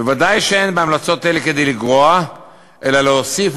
בוודאי שאין בהמלצות אלה כדי לגרוע אלא להוסיף,